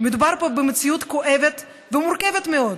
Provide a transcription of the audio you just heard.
מדובר פה במציאות כואבת ומורכבת מאוד,